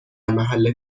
محل